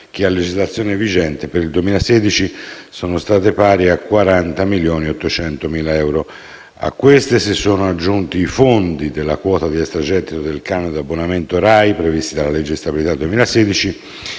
che, a legislazione vigente, per il 2016 sono state pari a 40.800.000 euro. A queste si sono aggiunti i fondi della quota di extra gettito del canone di abbonamento RAI previsti dalla legge di stabilità 2016,